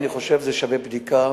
אני חושב שזה שווה בדיקה,